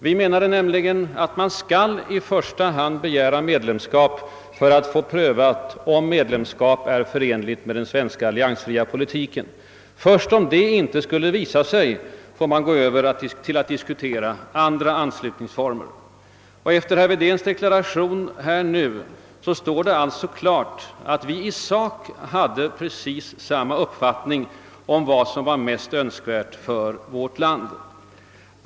vi menade att man i första hand skulle begära medlemskap för att få prövat om detta var förenligt med den svenska alliansfria politiken. Först om så skulle visa sig inte vara fallet fick vi gå över till andra anslutningsformer. Eiter herr Wedéns deklaration nyss står det alltså klart att oppositionen i sak har samma uppfattning om vad som var mest angeläget för vårt land.